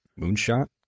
Moonshot